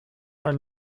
are